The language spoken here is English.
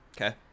Okay